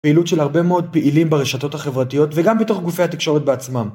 פעילות של הרבה מאוד פעילים ברשתות החברתיות וגם בתוך גופי התקשורת בעצמם